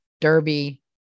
Derby